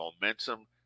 momentum